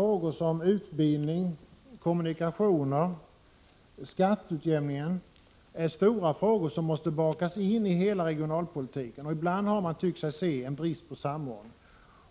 Exempelvis utbildning, kommunikationer och skatteutjämning är stora frågor som måste bakas ini hela regionalpolitiken. Ibland har man tyckt sig se en brist på samordning.